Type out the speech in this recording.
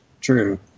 true